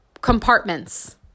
compartments